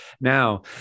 now